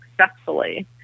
successfully